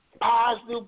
positive